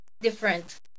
different